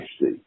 see